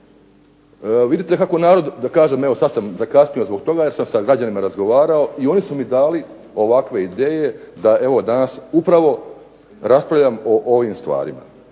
Vidite kako narod da kažem sada sam zakasnio zbog toga, jer sam sa građanima razgovarao i oni su mi dali ovakve ideje da evo danas upravo raspravljam o ovim stvarima.